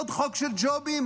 עוד חוק של ג'ובים,